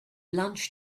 lunch